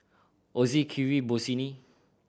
Ozi Kiwi Bossini